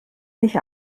sich